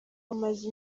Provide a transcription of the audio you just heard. amaze